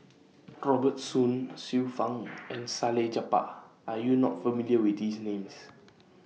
Robert Soon Xiu Fang and Salleh Japar Are YOU not familiar with These Names